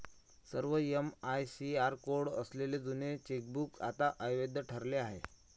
सर्व MICR code असलेले जुने चेकबुक आता अवैध ठरले आहे